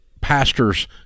pastor's